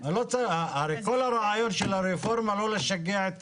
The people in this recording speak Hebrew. הרי כל הרעיון של הרפורמה לא לשגע את